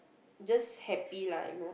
just happy lah you know